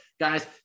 Guys